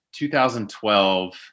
2012